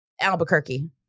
Albuquerque